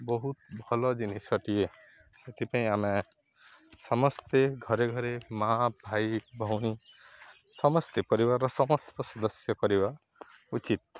ବହୁତ ଭଲ ଜିନିଷଟିଏ ସେଥିପାଇଁ ଆମେ ସମସ୍ତେ ଘରେ ଘରେ ମାଆ ଭାଇ ଭଉଣୀ ସମସ୍ତେ ପରିବାରର ସମସ୍ତ ସଦସ୍ୟ କରିବା ଉଚିତ୍